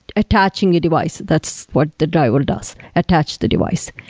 attaching a device. that's what the driver does, attach the device.